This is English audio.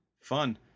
Fun